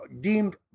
deemed